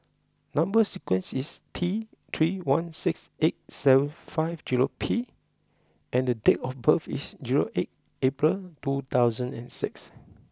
number sequence is T three one six eight seven five zero P and date of birth is zero eight April two thousand and six